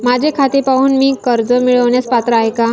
माझे खाते पाहून मी कर्ज मिळवण्यास पात्र आहे काय?